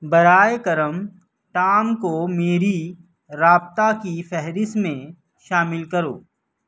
برائے کرم ٹام کو میری رابطہ کی فہرست میں شامل کرو